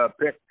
pick